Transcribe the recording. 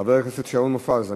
חבר הכנסת שאול מופז.